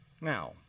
Now